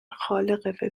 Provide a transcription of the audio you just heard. خالق